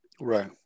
Right